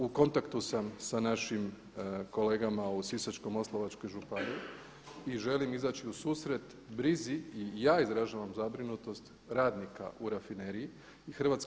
U kontaktu sam sa našim kolegama u Sisačko-moslavačkoj županiji i želim izaći u susret brizi i ja izražavam zabrinutost radnika u rafineriji i hrvatska Vlada će učiniti sve da zaštiti interese i Vlade i države a i zaposlenika u INA-e a osobito u rafineriji Sisak.